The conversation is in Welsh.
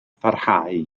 pharhau